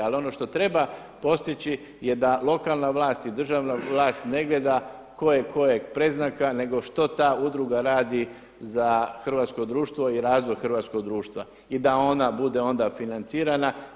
Ali ono što treba postići jedna lokalna vlast i državna vlast negdje da koje kojeg predznaka nego što ta udruga radi za hrvatsku društva i razvoj hrvatskog društva i da ona bude onda financirana.